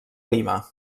lima